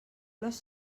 les